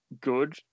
good